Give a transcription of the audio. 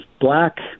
black